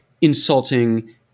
insulting